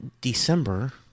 December